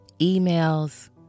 emails